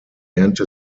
ernte